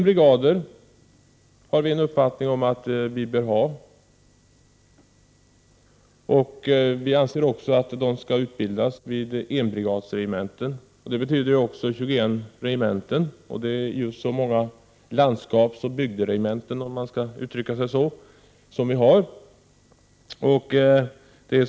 Vi har den uppfattningen att vi behöver ha 21 brigader. Vi anser att dessa skall utbildas vid enbrigadsregementen. Det betyder också 21 regementen. Det är just så många landskapsoch bygderegementen, om vi skall uttrycka det så, som vi har.